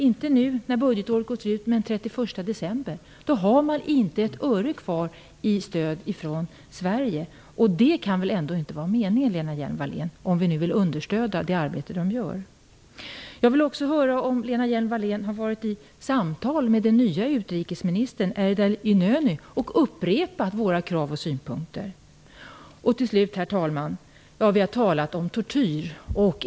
Inte nu när budgetåret har gått ut men den 31 december har man inte ett öre kvar i stöd från Sverige. Det kan väl ändå inte vara meningen, Lena Hjelm Wallén, om vi nu vill understödja det arbete man gör? Jag vill också höra om Lena Hjelm-Wallén har varit i samtal med den nye utrikesministern Erdal Inönü och upprepat våra krav och synpunkter. Till slut, herr talman, har vi talat om tortyr.